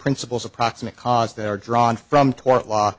principles of proximate cause that are drawn from tort law